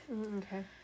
Okay